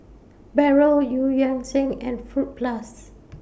Barrel EU Yan Sang and Fruit Plus